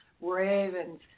Ravens